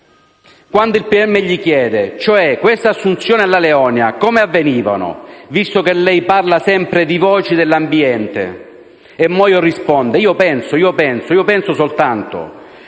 ministero chiede: «Cioè queste assunzioni alla Leonia, come avvenivano? Visto che lei parla sempre di voci dell'ambiente?», e Moio risponde: «Io penso... io penso... io penso, soltanto